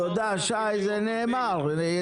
תודה, שי, ידידי.